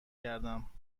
گردم